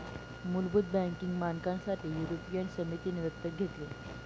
मुलभूत बँकिंग मानकांसाठी युरोपियन समितीने दत्तक घेतले